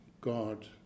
God